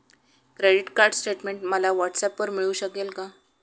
Credit card statement मला व्हॉट्सऍपवर मिळू शकेल का?